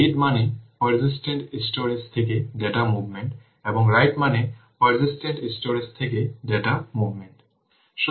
read মানে persistent storage থেকে data movement এবং রাইট মানে পারসিস্টেন্ট স্টোরেজ এ ডাটা মুভমেন্ট